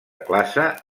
classe